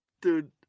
Dude